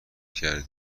کرده